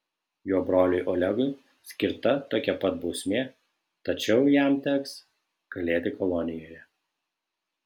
jo broliui olegui skirta tokia pat bausmė tačiau jam teks kalėti kolonijoje